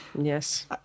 Yes